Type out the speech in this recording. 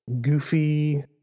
Goofy